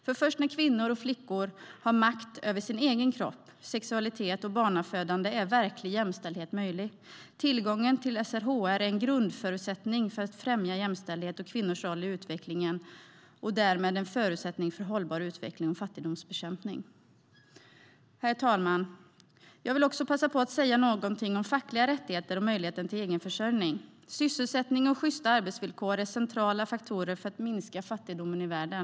Först när kvinnor och flickor har makt över sin egen kropp, sexualitet och barnafödande är verklig jämställdhet möjlig. Tillgången till SRHR är en grundförutsättning för att främja jämställdhet och kvinnors roll i utvecklingen och därmed en förutsättning för hållbar utveckling och fattigdomsbekämpning. Herr talman! Jag vill också passa på att säga någonting om fackliga rättigheter och möjligheten till egenförsörjning. Sysselsättning och sjysta arbetsvillkor är centrala faktorer för att minska fattigdomen i världen.